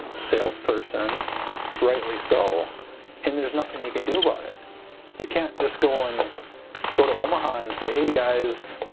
salesperson rightly so and there's nothing you can do about it you can't just go and and go to omaha and say hey guys